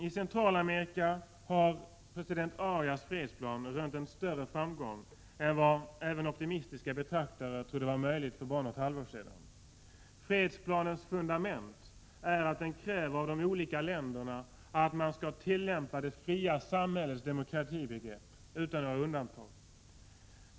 I Centralamerika har president Arias fredsplan rönt en större framgång än vad även optimistiska betraktare trodde var möjligt för bara något halvår sedan. Fredsplanens fundament är att den kräver av de olika länderna att man skall tillämpa det fria samhällets demokratibegrepp utan några undantag.